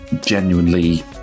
genuinely